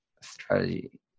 strategy